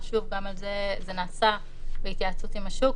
שוב גם זה נעשה בהתייעצות עם השוק,